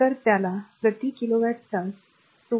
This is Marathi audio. तर त्याला प्रति किलोवॅट तास 2